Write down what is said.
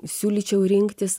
siūlyčiau rinktis